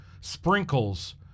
sprinkles